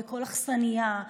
בכל אכסניה,